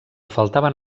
faltaven